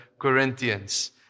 corinthians